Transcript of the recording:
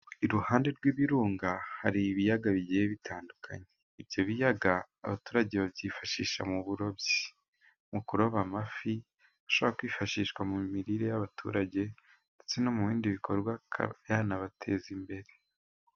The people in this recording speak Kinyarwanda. Iruhande rw'ibirunga hari ibiyaga bigiye bitandukanye, ibyo biyaga abaturage babyifashisha mu burobyi, mu kuroba amafi ashobora kwifashishwa mu mirire y'abaturage ndetse no mu bindi bikorwa byanabateza imbere.